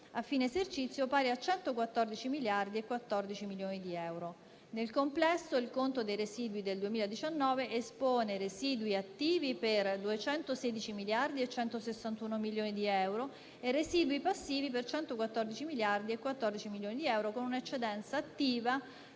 a fine esercizio, pari a 114.014 milioni di euro. Nel complesso, il conto dei residui del 2019 espone residui attivi per 216.161 milioni di euro e residui passivi per 114.014 milioni di euro, con un'eccedenza attiva